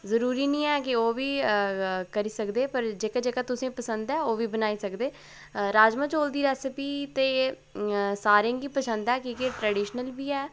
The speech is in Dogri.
जरूरी नेईं ऐ कि ओह् बी करी सकदे पर जेह्का जेह्का तुसें ई पसंद ऐ ओह् बी बनाई सकदे राजमांह् चौल दी रैसिपी ते सारें गी पसंद ऐ की जे ट्रैडिशनल बी ऐ